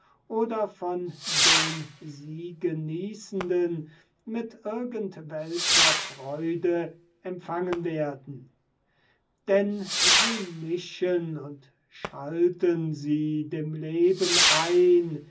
oder von den sie genießenden mit irgend welcher freude empfangen werden denn sie mischen und schalten sie dem leben ein